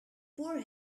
poor